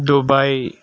Dubai